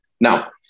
Now